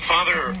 Father